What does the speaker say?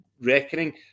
reckoning